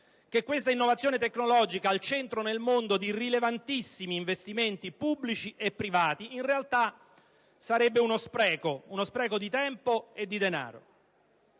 che questa innovazione tecnologica, al centro, nel mondo, di rilevantissimi investimenti pubblici e privati, in realtà sarebbe uno spreco di tempo e di denaro.